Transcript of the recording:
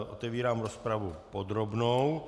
Otevírám rozpravu podrobnou.